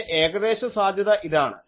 എൻ്റെ ഏകദേശ സാദ്ധ്യത ഇതാണ്